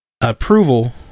approval